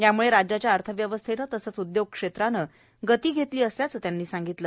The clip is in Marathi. त्यामुळे राज्याच्या अर्थव्यवस्थेने तसंच उद्योगक्षेत्राने गती घेतल्याचं त्यांनी सांगितलं